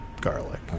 garlic